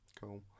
cool